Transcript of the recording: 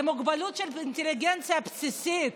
זה מוגבלות של אינטליגנציה בסיסית.